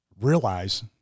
realize